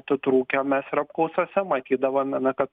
atitrūkę mes ir apklausose matydavome kad